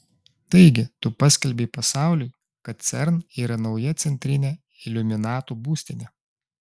taigi tu paskelbei pasauliui kad cern yra nauja centrinė iliuminatų būstinė